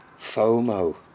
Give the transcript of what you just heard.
FOMO